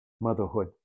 motherhood